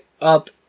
up